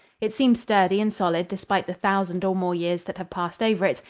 it seems sturdy and solid despite the thousand or more years that have passed over it,